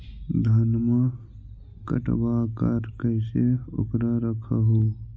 धनमा कटबाकार कैसे उकरा रख हू?